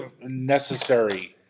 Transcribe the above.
necessary